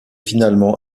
finalement